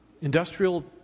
industrial